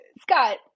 scott